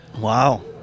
Wow